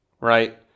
right